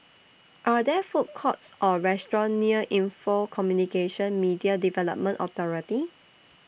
Are There Food Courts Or restaurants near Info Communications Media Development Authority